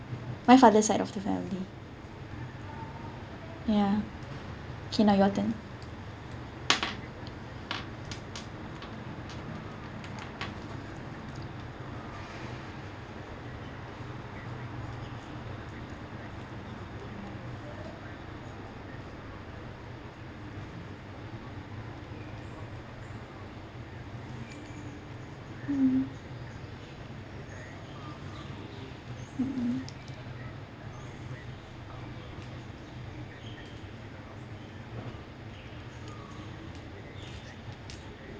my father side of the family ya kindergarten mm mmhmm